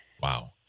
Wow